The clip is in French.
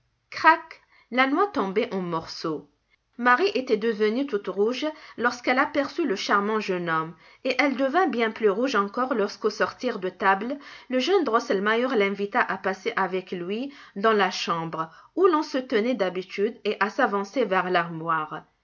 crac la noix tombait en morceaux marie était devenue toute rouge lorsqu'elle aperçut le charmant jeune homme et elle devint bien plus rouge encore lorsqu'au sortir de table le jeune drosselmeier l'invita à passer avec lui dans la chambre où l'on se tenait d'habitude et à s'avancer vers l'armoire